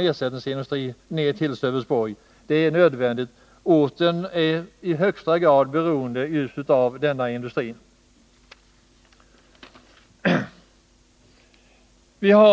ersättningsindustri kommer till Sölvesborg. Det är nödvändigt. Orten är i högsta grad beroende av just denna industri. Fru talman!